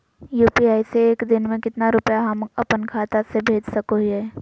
UPI से एक दिन में कितना रुपैया हम अपन खाता से भेज सको हियय?